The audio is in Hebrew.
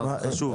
זה חשוב.